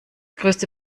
größte